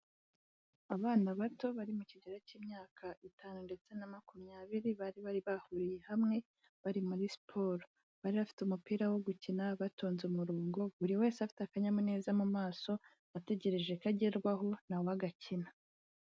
Abana bato bari mu kigero cy'imyaka itanu, ndetse na makumyabiri bari bari bahuriye hamwe bari muri siporo, bari bafite umupira wo gukina, batonze umurongo, buri wese afite akanyamuneza mu maso ategereje kugerwaho agakina.